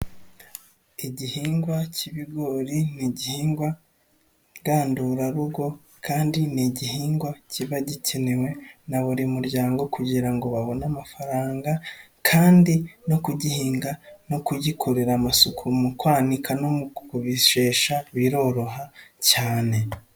Igihingwa cy'ibigori n'igihingwa ngandurarugo kandi ni igihingwa kiba gikenewe na buri muryango kugirango babone amafaranga kandi no kugihinga no kugikorera amasuku mu kwanika no kubishesha biroroha cyane.